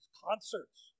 concerts